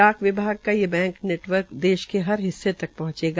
डाक विभाग का ये बैंक नेटवर्क देश के हर हिस्से तक पहुंचेगा